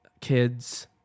kids